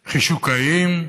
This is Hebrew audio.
חישוקאים?